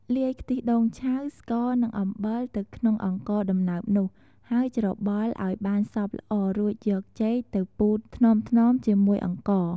លាយខ្ទិះដូងឆៅ ស្ករនិងអំបិលទៅក្នុងអង្ករដំណើបនោះ ហើយច្របល់ឱ្យបានសព្វល្អរួចយកចេកទៅពូតថ្នមៗជាមួយអង្ករ។